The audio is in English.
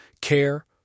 care